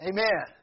Amen